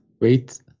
Wait